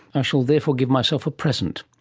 i shall therefore give myself a present.